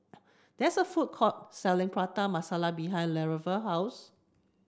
there is a food court selling Prata Masala behind Lavera's house